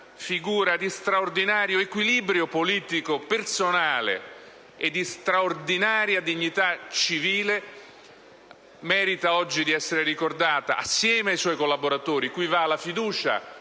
figura di straordinario equilibrio politico e personale e di straordinaria dignità civile, oggi merita di essere ricordata, assieme ai suoi collaboratori. A questi ultimi va la fiducia